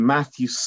Matthew